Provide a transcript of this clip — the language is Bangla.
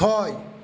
ছয়